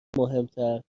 مهمتر